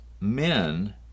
men